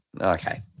Okay